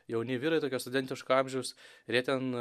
jauni vyrai tokio studentiško amžiaus ir jie ten